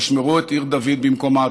תשמרו את עיר דוד במקומה,